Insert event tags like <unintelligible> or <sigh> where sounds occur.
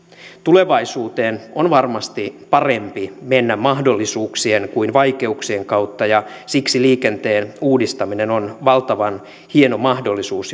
tulevaisuuteen on varmasti parempi mennä mahdollisuuksien kuin vaikeuksien kautta ja siksi liikenteen uudistaminen on valtavan hieno mahdollisuus <unintelligible>